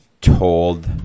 told